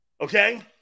Okay